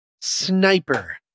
Sniper